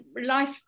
life